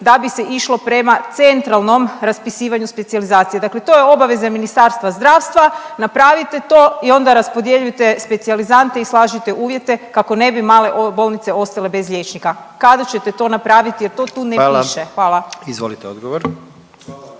da bi se išlo prema centralnom raspisivanju specijalizacije. Dakle to je obaveza Ministarstva zdravstva, napravite to i onda raspodjeljujte specijalizante i slažite uvjete kako ne bi male bolnice ostale bez liječnika. Kada ćete to napraviti …/Upadica predsjednik: Hvala./… to tu ne piše. Hvala.